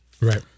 Right